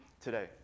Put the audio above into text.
today